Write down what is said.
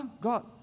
God